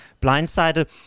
blindsided